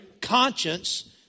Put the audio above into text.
conscience